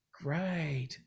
Great